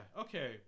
Okay